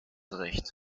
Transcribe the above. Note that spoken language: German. recht